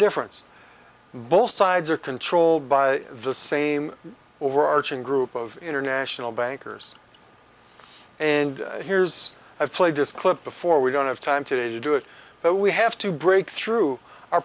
difference both sides are controlled by the same overarching group of international bankers and here's i've played this clip before we don't have time to do it but we have to break through our